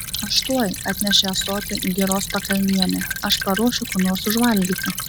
aš tuoj atnešė ąsotį giros pakalnienė aš paruošiu ko nors užvalgyti